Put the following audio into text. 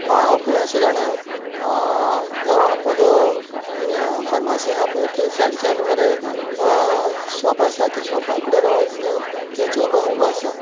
हांव खंय आसा जाणा अपोलो फार्मासी आसा पय थंय सायडीच्यान मरे शोप आसा त्या शोपा कडेन हांव आसा तेतू पळय उबो आसा